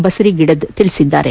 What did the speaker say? ಬಸರೀಗಿಡದ ತಿಳಿಸಿದ್ದಾರೆ